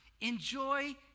enjoy